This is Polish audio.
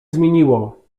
zmieniło